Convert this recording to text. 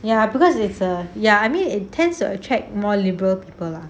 ya because it's a ya I mean it tends to attract more liberal people lah